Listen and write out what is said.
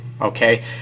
okay